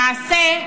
למעשה,